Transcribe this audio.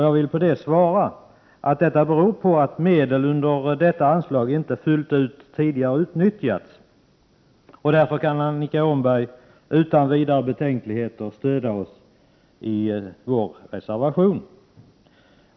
Jag vill svara att det beror på att medlen under detta anslag inte tidigare utnyttjats fullt ut. Därför kan Annika Åhnberg utan vidare betänkligheter stödja vår reservation.